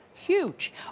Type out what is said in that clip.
Huge